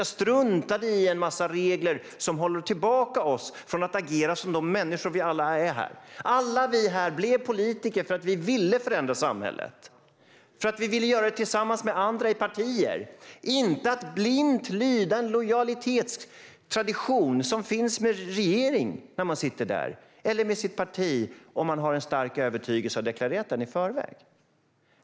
Jag struntade i en massa regler som håller tillbaka oss från att agera som de människor vi alla är här. Alla vi här blev politiker för att vi ville förändra samhället. Vi ville göra det tillsammans med andra i partier, inte blint lyda en lojalitetstradition som finns med regeringen när partiet sitter där, eller med ens parti om man har en stark övertygelse och har deklarerat den i förväg.